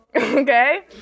Okay